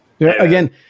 Again